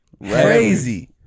Crazy